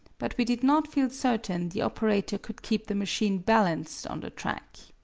but we did not feel certain the operator could keep the machine balanced on the track.